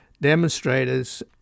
demonstrators